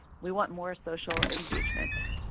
we want more social engagement.